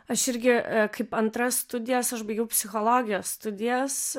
aš irgi kaip antras studijas aš baigiau psichologijos studijas